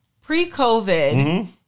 pre-COVID